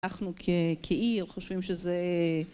אנחנו כעיר חושבים שזה